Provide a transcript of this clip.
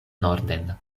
norden